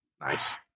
Nice